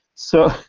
so